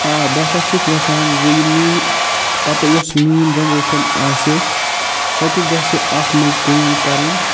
آ بہٕ ہسا چھُس یژھان زِ یِم میٲنۍ پتہٕ یۄس میٲنۍ جَنٛریشَن آسہِ سۄتہِ گژھِ اَتھ منٛز کٲم کَرٕنۍ